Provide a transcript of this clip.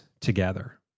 together